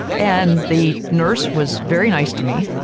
and the nurse was very nice to me,